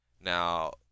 Now